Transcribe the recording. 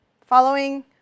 following